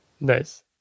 nice